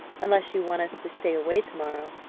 unless you want us to stay away to-morrow.